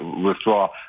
withdraw